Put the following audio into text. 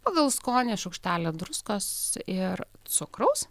pagal skonį šaukštelio druskos ir cukraus